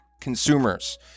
consumers